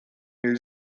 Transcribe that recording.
hil